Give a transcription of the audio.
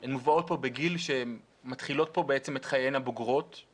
שהן מובאות פה בגיל שהן מתחילות פה בעצם את חייהן הבוגרים.